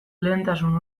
lehentasun